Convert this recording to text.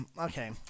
okay